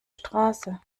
straße